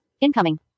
Incoming